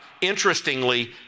Interestingly